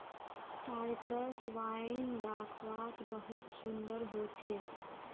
Cyprus wine दाख्वात बहुत सुन्दर होचे